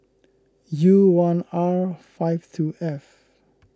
U one R five two F